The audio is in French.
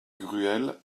gruel